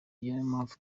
mpamvu